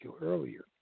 earlier